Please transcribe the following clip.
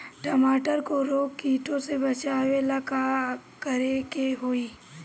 टमाटर को रोग कीटो से बचावेला का करेके होई?